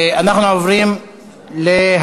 אנחנו עוברים להצבעה.